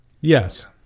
yes